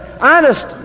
honest